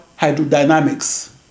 hydrodynamics